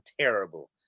terrible